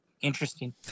Interesting